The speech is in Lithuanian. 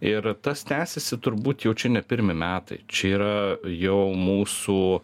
ir tas tęsiasi turbūt jau čia ne pirmi metai čia yra jau mūsų